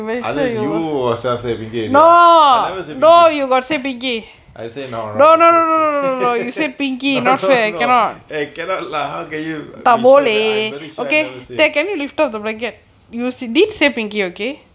அது:athu you were say say the pinky ya I never say picky I say no no okay okay no no no cannot lah okay you wish you the I am very sure I never say